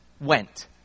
went